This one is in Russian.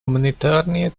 гуманитарные